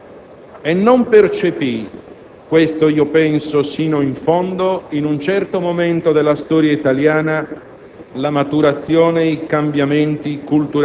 era un credente laico e non percepì - questo io penso - fino in fondo, in un certo momento della storia italiana,